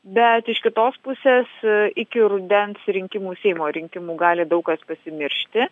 bet iš kitos pusės iki rudens rinkimų seimo rinkimų gali daug kas pasimiršti